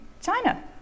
China